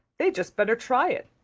they'd just better try it.